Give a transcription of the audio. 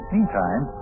Meantime